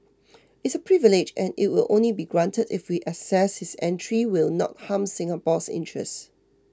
it's a privilege and it will only be granted if we assess his entry will not harm Singapore's interest